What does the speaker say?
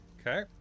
Okay